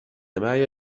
معي